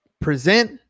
present